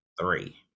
three